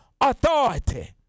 authority